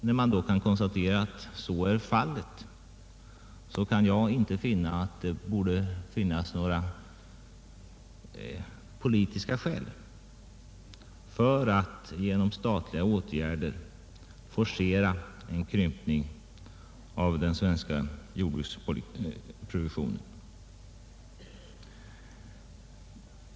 När man kan konstatera att så är förhållandet finns det inga politiska skäl för att genom statliga åtgärder forcera en krympning av den svenska jordbruksproduktionen.